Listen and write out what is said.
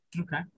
okay